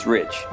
Rich